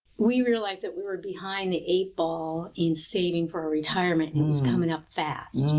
we realized that we were behind the eight ball in saving for our retirement. and it was coming up fast.